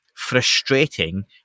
frustrating